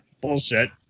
Bullshit